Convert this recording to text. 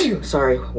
sorry